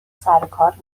سرکار